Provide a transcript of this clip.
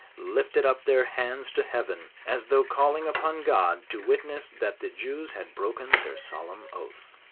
lifted up their hands to heaven, as though calling upon god to witness that the jews had broken their solemn oath.